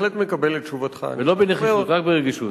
ולא בנחישות, רק ברגישות.